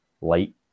light